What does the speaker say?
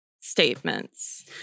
statements